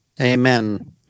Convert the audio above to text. amen